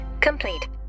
complete